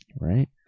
right